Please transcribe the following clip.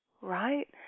right